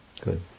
Good